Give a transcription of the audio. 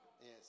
Yes